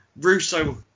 Russo